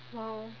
!wow!